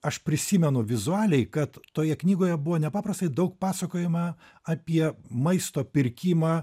aš prisimenu vizualiai kad toje knygoje buvo nepaprastai daug pasakojama apie maisto pirkimą